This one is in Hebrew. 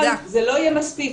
זה לא יהיה מספיק